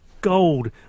gold